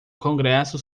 congresso